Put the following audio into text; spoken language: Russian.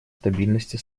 стабильности